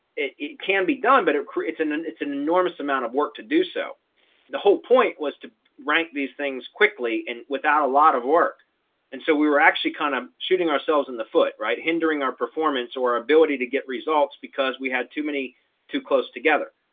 it it can be done, but it creates an an enormous amount of work to do. so the whole point was to rank these things quickly and without a lot of and so we were actually kind of shooting ourselves in the foot right hindering our performance or ability to get results because we had too many too close together.